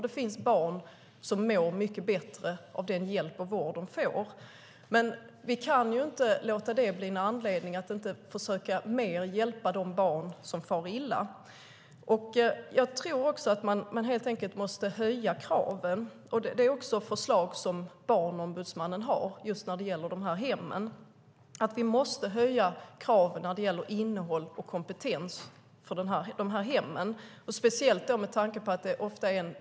Det finns barn som mår mycket bättre av den hjälp och den vård de får. Vi kan dock inte låta det bli en anledning att inte försöka hjälpa de barn som far illa. Vi måste höja kraven. Även Barnombudsmannen har som förslag att kraven på innehåll och kompetens i dessa hem måste höjas.